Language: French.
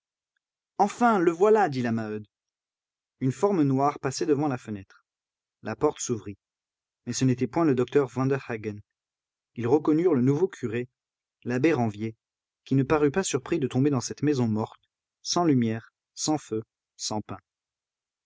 enfin le voilà dit la maheude une forme noire passait devant la fenêtre la porte s'ouvrit mais ce n'était point le docteur vanderhaghen ils reconnurent le nouveau curé l'abbé ranvier qui ne parut pas surpris de tomber dans cette maison morte sans lumière sans feu sans pain